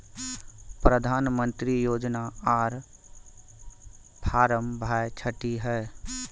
प्रधानमंत्री योजना आर फारम भाई छठी है?